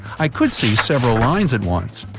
i could see several lines at once.